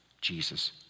Jesus